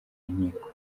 nkiko